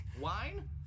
Wine